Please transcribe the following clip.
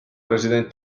president